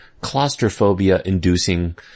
claustrophobia-inducing